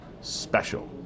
special